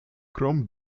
krom